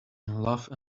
love